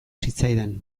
zitzaidan